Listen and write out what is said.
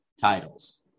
titles